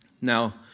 Now